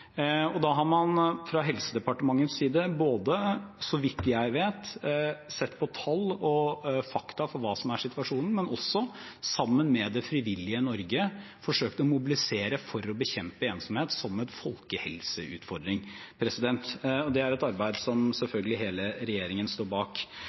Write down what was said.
har fra Helsedepartementets side, så vidt jeg vet, sett på tall og fakta for hva som er situasjonen, og sammen med det frivillige Norge forsøkt å mobilisere for å bekjempe ensomhet som en folkehelseutfordring. Det er et arbeid som